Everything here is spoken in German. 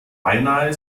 beinahe